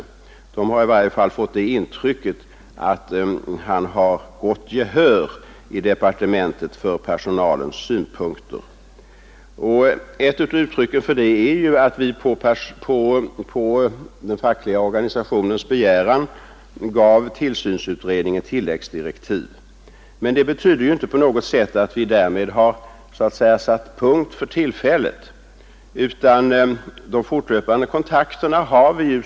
Enligt den undersökningen har man i varje fall fått det intrycket att han har gott gehör i departementet för personalens synpunkter. Ett av uttrycken för det är att vi på den fackliga personalens begäran gav tillsynsutredningen tilläggsdirektiv. Men det betyder ju inte på något sätt att vi därmed har så att säga satt punkt för tillfället, utan vi har fortlöpande kontakter.